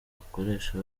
akoresha